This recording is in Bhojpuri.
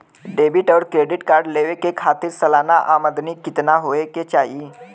डेबिट और क्रेडिट कार्ड लेवे के खातिर सलाना आमदनी कितना हो ये के चाही?